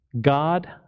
God